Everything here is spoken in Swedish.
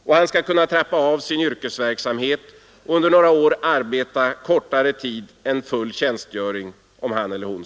Och han skall kunna trappa av sin yrkesverksamhet och under några år arbeta kortare tid än full tjänstgöring om han så vill.